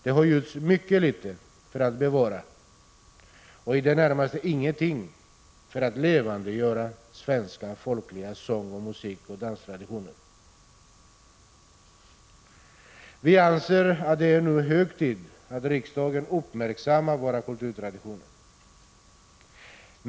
Det har gjorts mycket litet för att bevara och i det närmaste ingenting för att levandegöra svenska folkliga sång-, musikoch danstraditioner. Vpk anser att det nu är hög tid att riksdagen uppmärksammar våra kulturtraditioner.